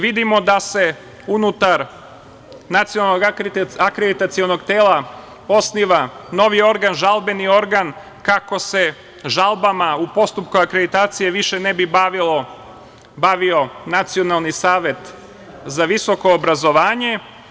Vidimo da se unutar Nacionalnog akreditacionog tela osniva novi organ, žalbeni organ, kako se žalbama u postupku akreditacije više ne bi bavio Nacionalni savet za visoko obrazovanje.